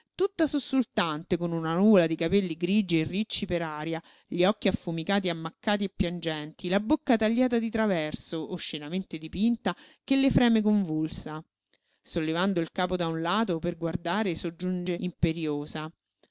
tutta sussultante con una nuvola di capelli grigi e ricci per aria gli occhi affumicati ammaccati e piangenti la bocca tagliata di traverso oscenamente dipinta che le freme convulsa sollevando il capo da un lato per guardare soggiunge imperiosa